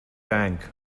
tank